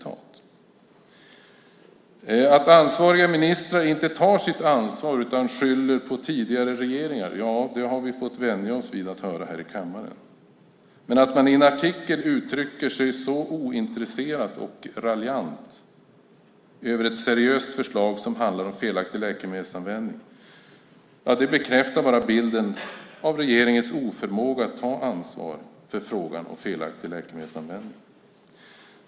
Att ansvariga ministrar inte tar sitt ansvar utan skyller på tidigare regeringar har vi fått vänja oss vid att höra här i kammaren. Men att man i en artikel uttrycker sig så ointresserat och raljant över ett seriöst förslag som handlar om felaktig läkemedelsanvändning bekräftar bara bilden av regeringens oförmåga att ta ansvar för frågan om felaktig läkemedelsanvändning.